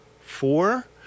four